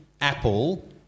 Apple